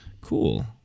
Cool